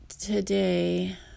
today